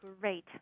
great